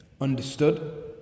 understood